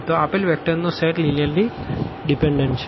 તો આપેલ વેક્ટર નો સેટ લીનીઅર્લી ડીપેનડન્ટ છે